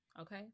okay